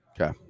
Okay